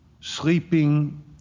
sleeping